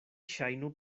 ŝajnu